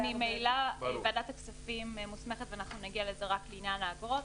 ממילא ועדת הכספים מוסמכת רק לעניין האגרות,